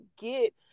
get